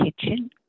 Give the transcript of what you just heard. kitchen